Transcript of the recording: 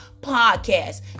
podcast